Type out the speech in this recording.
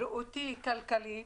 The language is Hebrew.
בריאותי, כלכלי.